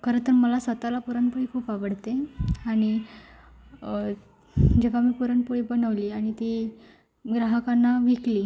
खरंतर मला स्वत ला पुरणपोळी खूप आवडते आणि जेव्हा मी पुरणपोळी बनवली आणि ती ग्राहकांना विकली